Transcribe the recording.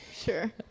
Sure